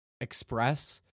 express